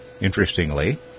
interestingly